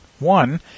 One